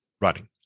running